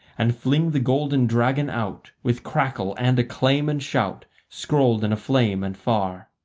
and fling the golden dragon out, with crackle and acclaim and shout, scrolled and aflame and far.